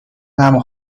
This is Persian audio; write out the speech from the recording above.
نمی